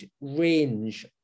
range